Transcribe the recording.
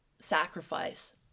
sacrifice